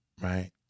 right